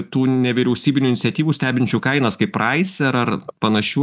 tų nevyriausybinių iniciatyvų stebinčių kainas kaip pricer ar panašių